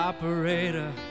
Operator